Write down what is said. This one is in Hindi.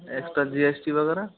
एक्स्ट्रा जी एस टी वगैरह